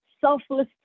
selfless